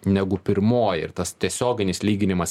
negu pirmoji ir tas tiesioginis lyginimas